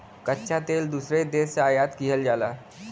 कच्चा तेल दूसरे देश से आयात किहल जाला